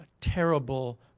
terrible